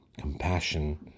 compassion